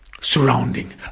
surrounding